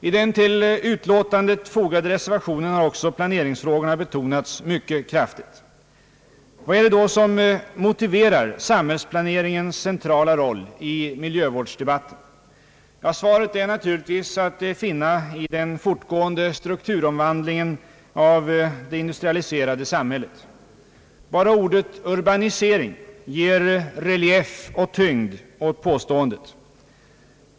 I den till utlåtandet fogade reservationen har också planeringsfrågorna betonats mycket kraftigt. Vad är det då som motiverar samhällsplaneringens centrala roll i miljövårdsdebatten? Svaret är naturligtvis att finna i den fortgående strukturomvandlingen av det industrialiserade samhället. Bara ordet urbanisering ger relief och tyngd åt påståendet.